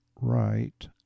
right